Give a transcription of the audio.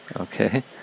Okay